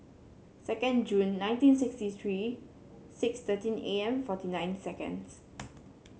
second Jun nineteen sixty three six thirteen A M forty nine seconds